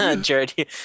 Jared